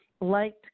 liked